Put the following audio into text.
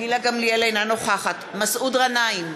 אינה נוכחת מסעוד גנאים,